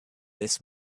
this